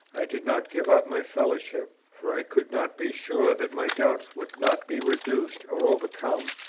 did not give up my fellowship, for i could not be sure that my doubts would not be reduced or overcome,